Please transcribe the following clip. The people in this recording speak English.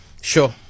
Sure